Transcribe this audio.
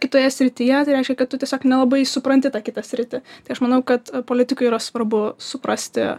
kitoje srityje tai reiškia kad tu tiesiog nelabai supranti tą kitą sritį tai aš manau kad politikui yra svarbu suprasti